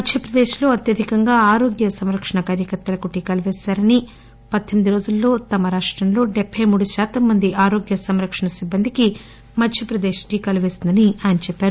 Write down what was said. మధ్యప్రదేశ్ లో అత్యధికంగా ఆరోగ్య సంరక్షణ కార్యకర్తలకు టీకాలు పేశారని పద్దెనిమిది రోజుల్లో తమ రాష్టంలో డెబ్బై మూడు శాతం మంది ఆరోగ్య సంరక్షణ సిబ్బందికి మధ్యప్రదేశ్ టీకాలు పేసిందని ఆయన చెప్పారు